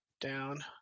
down